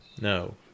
No